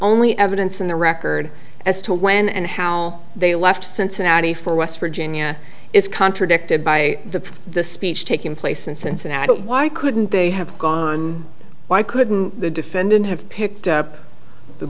only evidence in the record as to when and how they left cincinnati for west virginia is contradicted by the the speech taking place in cincinnati why couldn't they have gone why couldn't the defendant have picked up the